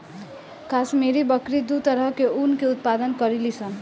काश्मीरी बकरी दू तरह के ऊन के उत्पादन करेली सन